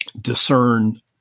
discern